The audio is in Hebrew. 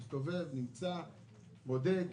מסתובב, נמצא, בודק.